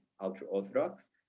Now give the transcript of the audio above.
ultra-orthodox